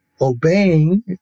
Obeying